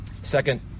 second